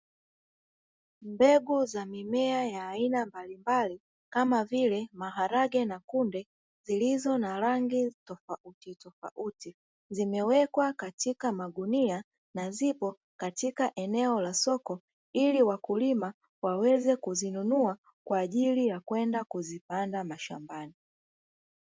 Mbegu za mimea ya aina mbalimbali kama vile maharage na kunde, zilizo na rangi tofauti tofauti zimewekwa katika magunia na zipo katika eneo la soko ili wakulima waweze kuzinunua kwa ajili ya kwenda kuzipanda mashambani.